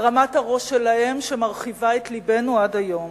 הרמת הראש שלהם, שמרחיבה את לבנו עד היום,